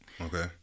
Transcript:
Okay